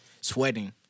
Sweating